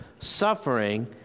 suffering